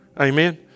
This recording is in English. Amen